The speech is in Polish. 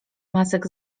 masek